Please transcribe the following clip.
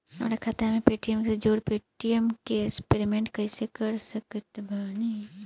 हमार खाता के पेटीएम से जोड़ के पेटीएम से पेमेंट कइसे कर सकत बानी?